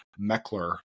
Meckler